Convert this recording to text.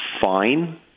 fine